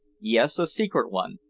yes, a secret one.